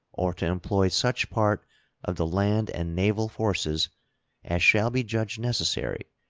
or to employ such part of the land and naval forces as shall be judged necessary,